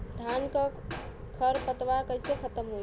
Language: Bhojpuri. धान में क खर पतवार कईसे खत्म होई?